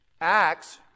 Acts